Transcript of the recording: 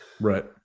right